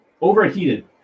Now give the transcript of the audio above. overheated